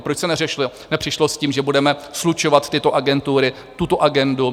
Proč se nepřišlo s tím, že budeme slučovat tyto agentury, tuto agendu.